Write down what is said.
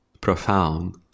profound